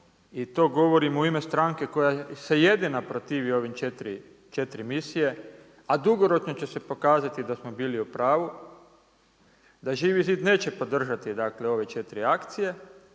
i to govorim u ime stranke koja se jedina protivi ovim četiri misija a dugoročno će se pokazati da smo bili u pravu, da Živi zid neće podržati dakle ove 4 akcije.